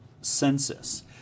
census